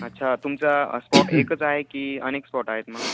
अच्छा तुमचा स्पॉट एकच आहे की अनेक स्पॉट आहेत ग